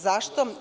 Zašto?